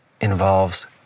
involves